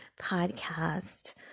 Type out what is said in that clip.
podcast